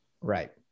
Right